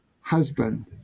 husband